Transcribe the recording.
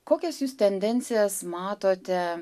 kokias jūs tendencijas matote